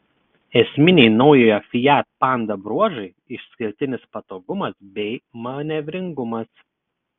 esminiai naujojo fiat panda bruožai išskirtinis patogumas bei manevringumas